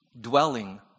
dwelling